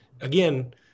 again